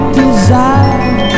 desire